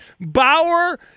Bauer